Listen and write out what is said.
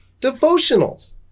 devotionals